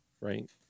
Right